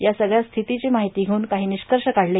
या सगळ्या स्थितीची माहिती घेऊन काही निष्कर्ष काढले